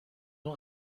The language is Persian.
اون